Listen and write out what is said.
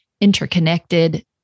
interconnected